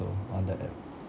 on that app